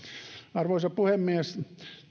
arvoisa puhemies